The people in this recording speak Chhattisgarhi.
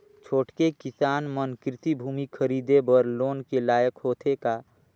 छोटके किसान मन कृषि भूमि खरीदे बर लोन के लायक होथे का?